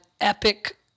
epic